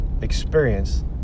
Experience